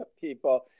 people